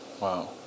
Wow